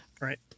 Right